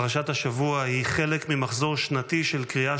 פרשת השבוע היא חלק ממחזור שנתי של קריאה